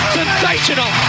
sensational